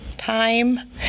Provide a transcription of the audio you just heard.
Time